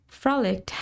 frolicked